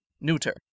neuter